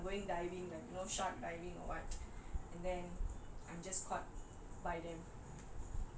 so my fear deepest fear will be that for example if I'm going diving like you know shark diving or [what]